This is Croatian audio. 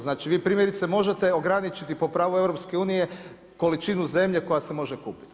Znači, vi primjerice možete ograničiti po pravu EU količinu zemlje koja se može kupiti.